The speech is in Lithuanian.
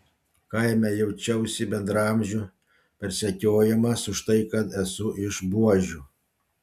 kaime jaučiausi bendraamžių persekiojamas už tai kad esu iš buožių